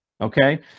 okay